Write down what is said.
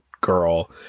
girl